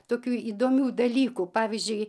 tokių įdomių dalykų pavyzdžiui